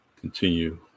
Continue